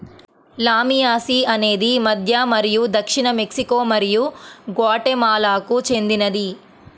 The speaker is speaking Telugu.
లామియాసి అనేది మధ్య మరియు దక్షిణ మెక్సికో మరియు గ్వాటెమాలాకు చెందినది